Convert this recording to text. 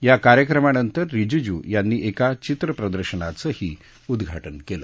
या कार्यक्रमानंतर रिजीजू यांनी एका चित्रप्रदर्शनाचंही उद्घाटन केलं